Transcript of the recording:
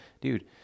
Dude